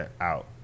out